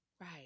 Right